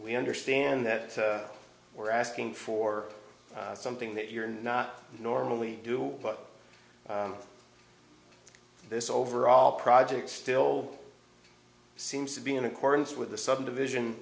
we understand that we're asking for something that you're not normally do but this overall project still seems to be in accordance with the subdivision